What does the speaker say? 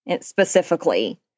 specifically